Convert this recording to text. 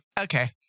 okay